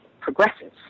progressive